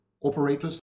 operators